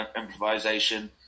improvisation